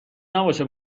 نباشه